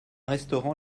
restaurant